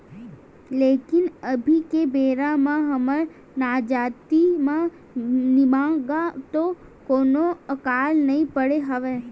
लेकिन अभी के बेरा म हमर जानती म निमगा तो कोनो अकाल नइ पड़े हवय